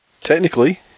Technically